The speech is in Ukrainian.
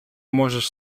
можеш